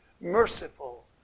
merciful